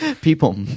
People